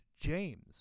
James